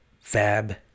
Fab